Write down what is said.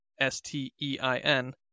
S-T-E-I-N